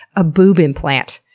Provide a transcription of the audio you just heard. a boob implant,